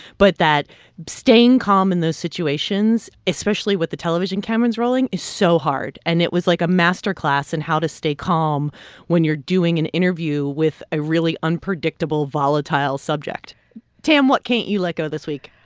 but that staying calm in those situations, especially with the television cameras rolling, is so hard. and it was like a master class in how to stay calm when you're doing an interview with a really unpredictable, volatile subject tam, what can't you let go this week?